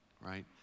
right